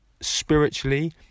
spiritually